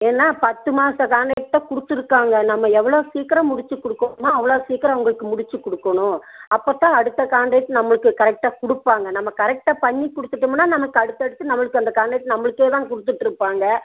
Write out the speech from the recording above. ஏன்னால் பத்து மாதம் காண்ட்ரக்ட் தான் கொடுத்துருக்காங்க நம்ம எவ்வளோ சீக்கிரம் முடித்து கொடுக்கோணுமோ அவ்வளோ சீக்கிரம் அவங்களுக்கு முடித்து கொடுக்கணும் அப்போத்தான் அடுத்த காண்ட்ரக்ட் நம்மளுக்கு கரெக்டாக கொடுப்பாங்க நம்ம கரெக்டாக பண்ணி கொடுத்துட்டோம்னா நமக்கு அடுத்தடுத்து நம்மளுக்கு அந்த காண்ட்ரக்ட் நம்மளுக்கேதான் கொடுத்துட்ருப்பாங்க